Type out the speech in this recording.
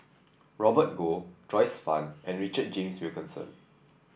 Robert Goh Joyce Fan and Richard James Wilkinson